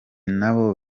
nabo